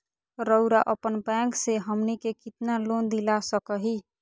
रउरा अपन बैंक से हमनी के कितना लोन दिला सकही?